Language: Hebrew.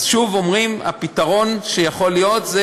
אז שוב אומרים: הפתרון שיכול להיות זה